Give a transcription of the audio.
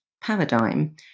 Paradigm